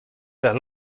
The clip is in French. faire